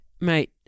Mate